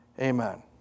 Amen